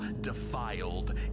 defiled